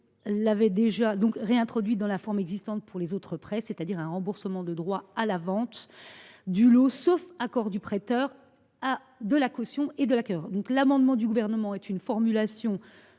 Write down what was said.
Sénat l’a réintroduite dans la forme existante pour les autres prêts, c’est à dire un remboursement de droit à la vente du lot, sauf accord du prêteur, de la caution et de l’acquéreur. Par son amendement, le Gouvernement propose une formulation